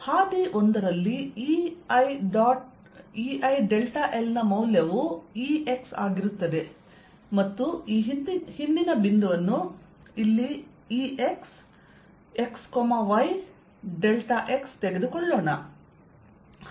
ಹಾದಿ 1 ರಲ್ಲಿ Ei∆L ನ ಮೌಲ್ಯವು Ex ಆಗಿರುತ್ತದೆ ಮತ್ತು ಈ ಹಿಂದಿನ ಬಿಂದುವನ್ನು ಇಲ್ಲಿ Ex xy ∆x ತೆಗೆದುಕೊಳ್ಳೋಣ